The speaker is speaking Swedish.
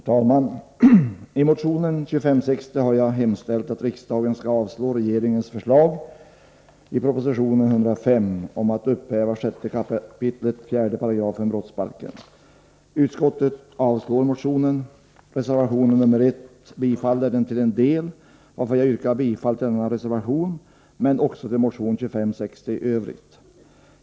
Herr talman! I motion 2560 har jag hemställt att riksdagen skall avslå regeringens förslag i proposition 105 om att upphäva 6 kap. 4§ brottsbalken. Utskottet avstyrker motionen. Reservation 1 tillstyrker den till en del, varför jag yrkar bifall till denna reservation. Men jag yrkar också bifall till motion 2560 i övrigt.